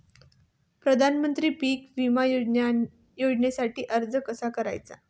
प्रधानमंत्री पीक विमा योजनेसाठी अर्ज कसा करायचा?